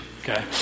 okay